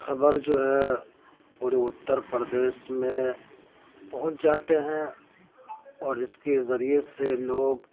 خبر جو ہے پورے اتر پردیش میں پہنچ جاتے ہیں اور اس کے ذریعے سے لوگ